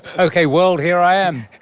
okay world, here i am.